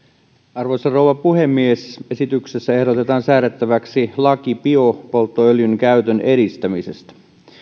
arvoisa rouva puhemies esityksessä ehdotetaan säädettäväksi laki biopolttoöljyn käytön edistämisestä